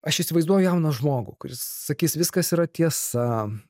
aš įsivaizduoju jauną žmogų kuris sakys viskas yra tiesa